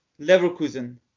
Leverkusen